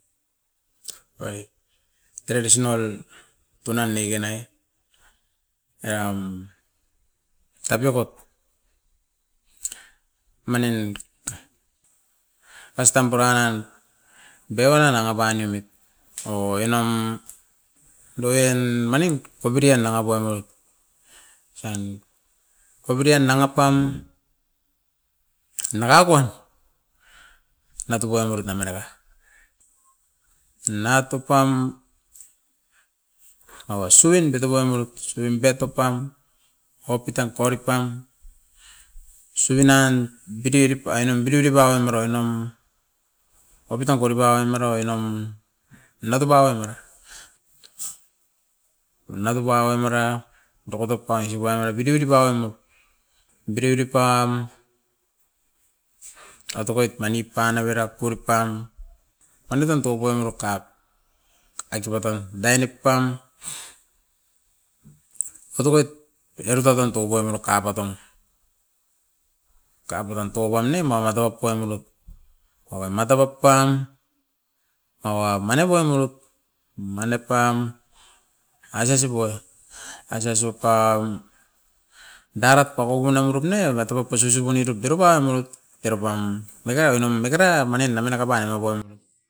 Oit tredisinol tunan neko nai eram tapiokot manin oistan pura nan biokona nanga panoimit oke nam doian manin kopiri ann danga puenoit, osan kopiri an danga pam naka kuan natupoi amerut navera pa. Natupam aua suin deotovoi mara subim pep toupam opitan puaripan subin nan bidiorip ainon biriori pakoron airon opitan koripan amara oinom natupa oi mara. Natupa oi mara dokotop pa aisipa noa bidiodi mawamit, bidiodip pam atokoit mani pan avera poripam mani tan toupoi merokat, aitipa tan dainip pam otokoit era tatan tukoi mero kapatoun. Kapaton toupan ne mamatop poimirut okai matepup pam, mawa mani muam urut mani pam aisesu poe, aisesup daroit pakupuna burut ne eva top pa susupuni top diropanut. Dero pam, mekera oinom, mekera manin nanga nanga paian okoim urut.